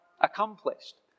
accomplished